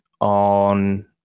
on